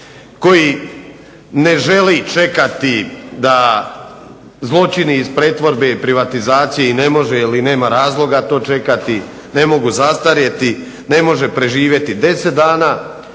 koji ne želi čekati da zločin iz pretvorbe i privatizacije i ne može ili nema razloga to čekati, ne mogu zastarjeti, ne može preživjeti 10 dana,